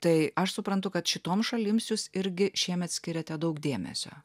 tai aš suprantu kad šitoms šalims jūs irgi šiemet skiriate daug dėmesio